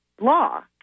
law